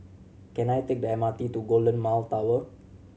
can I take the M R T to Golden Mile Tower